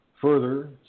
Further